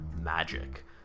magic